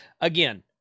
again